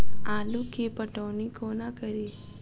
आलु केँ पटौनी कोना कड़ी?